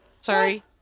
Sorry